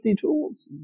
tools